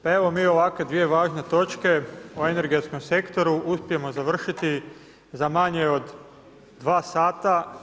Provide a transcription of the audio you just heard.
Pa evo mi ovakve dvije važne točke o energetskom sektoru uspijemo završiti za manje od dva sata.